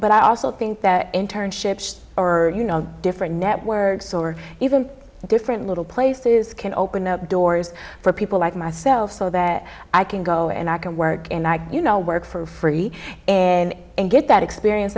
but i also think that internships or you know different networks or even different little places can open up doors for people like myself so that i can go and i can work and i you know work for free and get that experience